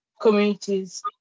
communities